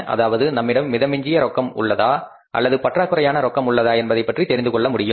அதாவது நம்மிடம் மிதமிஞ்சிய ரொக்கம் உள்ளதா அல்லது பற்றாக்குறையான ரொக்கம் உள்ளதா என்பதை பற்றி தெரிந்துகொள்ள முடியும்